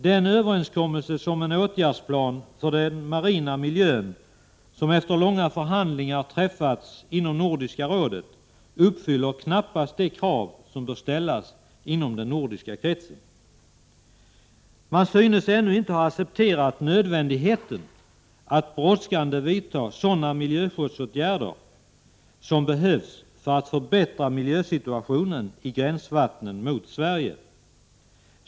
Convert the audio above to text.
Den överenskommelse om en åtgärdsplan för den marina miljön som efter långa förhandlingar träffats inom Nordiska rådet uppfyller knappast de krav som bör ställas inom den nordiska kretsen. Man synes ännu icke ha accepterat nödvändigheten att brådskande vidta sådana miljöskyddsåtgärder som behövs för att förbättra miljösituationen i gränsvattnen mot Sverige.